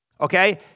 Okay